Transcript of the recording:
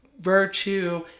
Virtue